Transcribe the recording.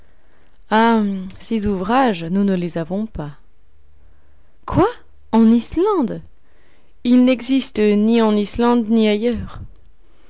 ah ses ouvrages nous ne les avons pas quoi en islande ils n'existent ni en islande ni ailleurs